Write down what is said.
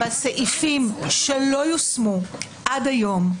-- בסעיפים שלא יושמו עד היום,